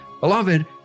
Beloved